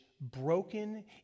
broken